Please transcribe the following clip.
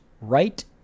right